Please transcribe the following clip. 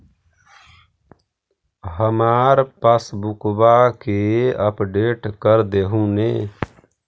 हमार पासबुकवा के अपडेट कर देहु ने?